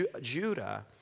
Judah